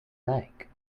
like